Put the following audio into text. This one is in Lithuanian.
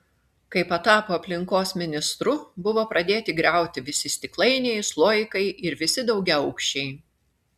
kai patapo aplinkos ministru buvo pradėti griauti visi stiklainiai sloikai ir visi daugiaaukščiai